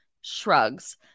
shrugs